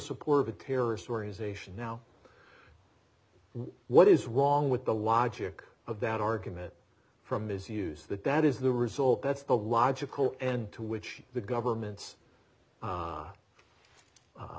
support of a terrorist organization now what is wrong with the logic of that argument from his use that that is the result that's the logical and to which the government